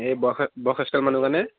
এই বষ বয়সস্থ মানুহৰ কাৰণে